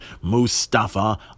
Mustafa